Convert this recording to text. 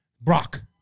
Brock